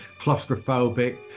claustrophobic